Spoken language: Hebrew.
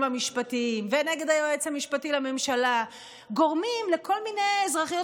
המשפטיים ונגד היועץ המשפטי לממשלה גורמים לכל מיני אזרחיות